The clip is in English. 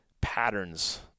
patterns